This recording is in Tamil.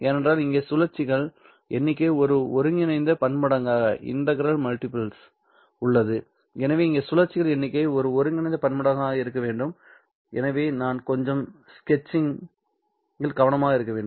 ஏனென்றால் இங்கே சுழற்சிகளின் எண்ணிக்கை ஒரு ஒருங்கிணைந்த பன்மடங்காக உள்ளது எனவே இங்கே சுழற்சிகளின் எண்ணிக்கை ஒரு ஒருங்கிணைந்த பன்மடங்காக இருக்க வேண்டும் எனவே நான் கொஞ்சம் ஸ்கெட்சிங் இல் கவனமாக இருக்க வேண்டும்